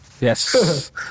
Yes